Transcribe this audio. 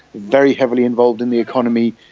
very heavily involved in the economy.